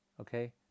okay